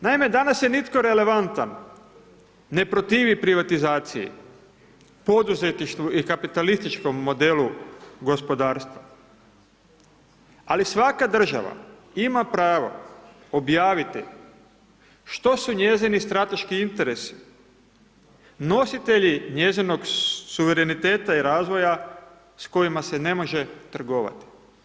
Naime, danas se nitko relevantan ne protivi privatizaciji, poduzetništvu i kapitalističkom modelu gospodarstva, ali svaka država ima pravo objaviti što su njezini strateški interesi, nositelji njezinog suvereniteta i razvoja s kojima se ne može trgovati.